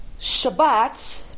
Shabbat